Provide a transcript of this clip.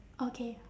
okay